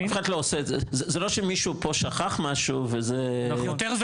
זה לא שמישהו פה שכח משהו וזה --- יותר,